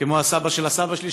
כמו הסבא של הסבא שלי,